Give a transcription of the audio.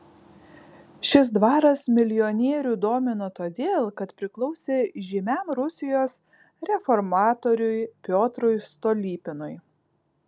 šis dvaras milijonierių domino todėl kad priklausė žymiam rusijos reformatoriui piotrui stolypinui